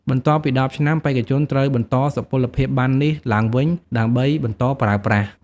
បន្ទាប់ពី ១០ ឆ្នាំ បេក្ខជនត្រូវបន្តសុពលភាពប័ណ្ណនេះឡើងវិញ ដើម្បីបន្តប្រើប្រាស់។